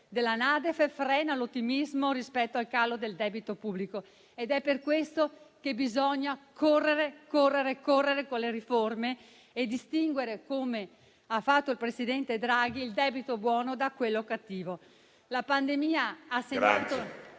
della NADEF frena l'ottimismo rispetto al calo del debito pubblico ed è per questo che bisogna correre, correre e correre con le riforme e distinguere, come ha fatto il presidente Draghi, il debito buono da quello cattivo.